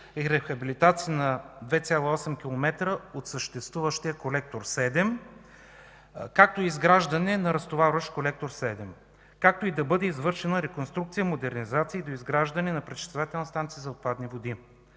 рехабилитация на 2,8 км от съществуващия колектор 7, изграждане на разтоварващ колектор 7, както и да бъде извършена реконструкция, модернизация и доизграждане на пречиствателна станция за отпадни води.